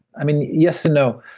i mean yes and no.